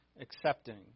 accepting